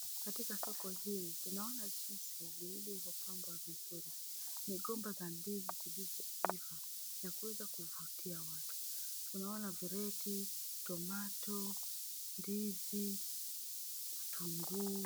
Katika soko hili tunaona jinsi lilivyopambwa vizuri. Migomba za ndizi zilizoiva na kuweza kuvutia watu. Tunaona vireti, tomato , ndizi, vitunguu.